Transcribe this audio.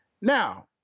Now